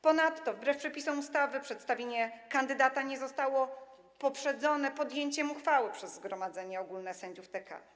Ponadto wbrew przepisom ustawy przedstawienie kandydata nie zostało poprzedzone podjęciem uchwały przez Zgromadzenie Ogólne Sędziów TK.